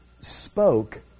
spoke